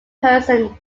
person